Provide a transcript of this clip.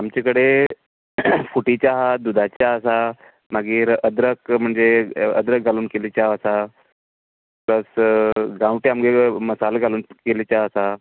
आमचें कडेन फुटी च्या हा दुदाची च्या आसा मागीर अद्रक म्हणजे अद्रक घालून केल्ली चाव आसा प्लस गांवटी आमगेलो मसालो घालून केल्ली च्या आसा